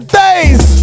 days